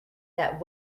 that